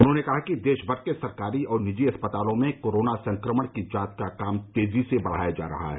उन्होंने कहा कि देशभर के सरकारी और निजी अस्पतालों में कोरोना संक्रमण की जांच का काम तेजी से बढाया जा रहा है